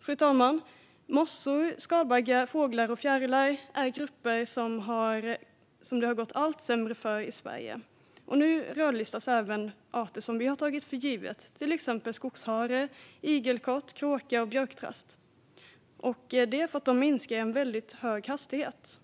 Fru talman! Mossor, skalbaggar, fåglar och fjärilar är grupper som det går allt sämre för i Sverige. Nu rödlistas även arter som vi har tagit för givna, till exempel skogshare, igelkott, kråka och björktrast, och det är därför att de minskar i väldigt hög hastighet.